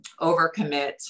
overcommit